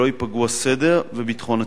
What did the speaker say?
שלא ייפגעו הסדר וביטחון הציבור.